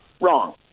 wrong